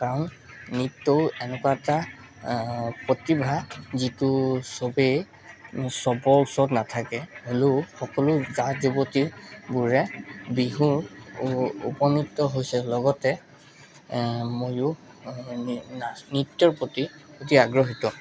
কাৰণ নৃত্যও এনেকুৱা এটা প্ৰতিভা যিটো সবেই সবৰ ওচৰত নাথাকে হ'লেও সকলো যা যুৱতীবোৰে বিহু উ উপনীত হৈছে লগতে ময়ো না নৃত্যৰ প্ৰতি অতি আগ্ৰহিত